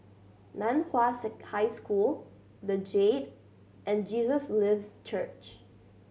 Nan Hua High School The Jade and Jesus Lives Church